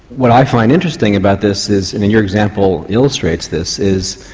what i find interesting about this is, and and your example illustrates this is,